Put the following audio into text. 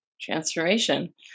transformation